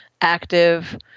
active